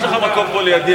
יש לך מקום פה לידי,